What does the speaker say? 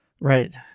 right